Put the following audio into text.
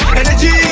energy